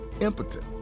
impotent